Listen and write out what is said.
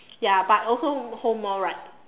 ya but also hold more right